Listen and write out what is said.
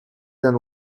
than